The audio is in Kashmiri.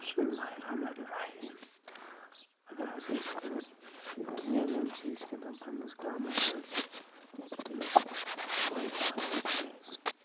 بِسمہِ اللہ رحمٰن رحیٖم اَگر ہسا أسۍ کانٛہہ گیم ویم چھِ أسۍ گِنٛدان پنٛنِس گامَس منٛز